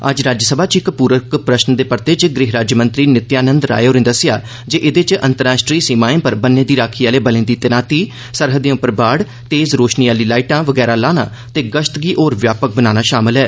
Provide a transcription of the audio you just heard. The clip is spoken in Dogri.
अज्ज राज्यसभा च इक पूरक प्रश्न द परत च गृह राज्यमंत्री नित्यानंद राय होरें दस्सक्षा ज एद च अंतर्राष्ट्रीय सीमाएं पर बन्न दी राक्खी आलें बलें दी तैनाती सरहदें उप्पर बाढ़ तफ़ रोशनी आली लाईटां वगैरा लाना तफ़गश्त गी होर व्यापक बनाना शामल ऐ